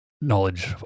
knowledge